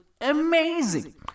amazing